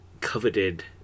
coveted